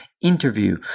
interview